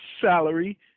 salary